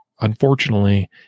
unfortunately